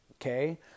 Okay